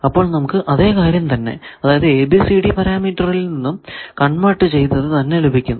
അപ്പോൾ നമുക്ക് അതെ കാര്യം തന്നെ അതായതു ABCD പരാമീറ്ററിൽ നിന്നും കൺവെർട് ചെയ്തത് തന്നെ ലഭിക്കുന്നു